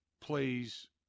plays